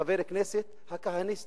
"חבר כנסת הכהניסט",